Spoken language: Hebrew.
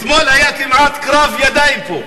אתמול היה כמעט קרב ידיים פה.